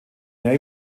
navy